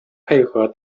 配合